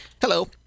Hello